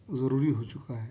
ضروری ہو چکا ہے